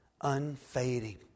unfading